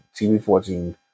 TV-14